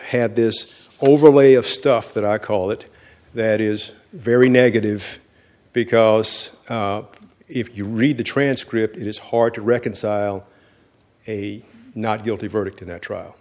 had this overlay of stuff that i call it that is very negative because if you read the transcript it is hard to reconcile a not guilty verdict in the trial